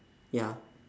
ya